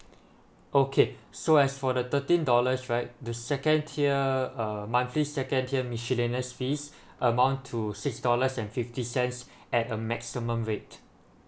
okay so as for the thirteen dollars right the second tier uh monthly second tier miscellaneous fees amount to six dollars and fifty cents at a maximum rate